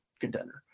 contender